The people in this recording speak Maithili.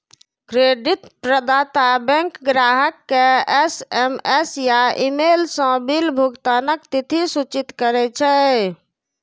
क्रेडिट प्रदाता बैंक ग्राहक कें एस.एम.एस या ईमेल सं बिल भुगतानक तिथि सूचित करै छै